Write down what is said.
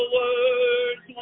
words